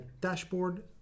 dashboard